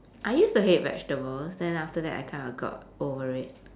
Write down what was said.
I used to hate vegetables then after that I kinda got over it